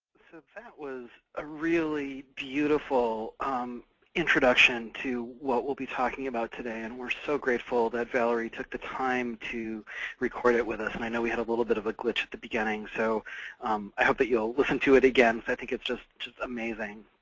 that was a really beautiful introduction to what we'll be talking about today, and we're so grateful that valerie took the time to record it with us, and i know we had a little bit of a glitch at the beginning, so i hope that you'll listen to it again, because i think it's just just amazing.